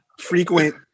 Frequent